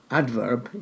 adverb